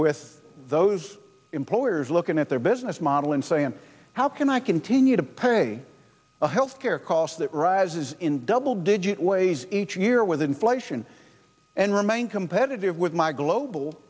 with those employers looking at their business model and saying how can i continue to pay the health care cost that rises in double digit ways each year with inflation and remain competitive with my global